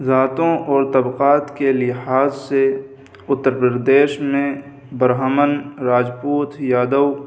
ذاتوں اور طبقات کے لحاظ سے اتر پردیش میں برہمن راجپوت یادو